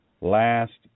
last